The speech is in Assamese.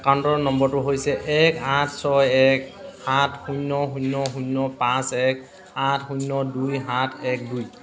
একাউণ্টৰ নম্বৰটো হৈছে এক আঠ ছয় এক সাত শূন্য শূন্য শূন্য পাঁচ এক আঠ শূন্য দুই সাত এক দুই